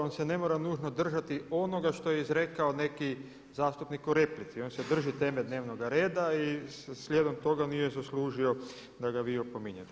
On se ne mora nužno držati onoga što je izrekao neki zastupnik u replici, on se drži teme dnevnoga reda i slijedom toga nije zaslužio da ga vi opominjete.